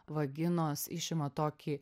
vaginos išima tokį